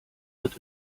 wird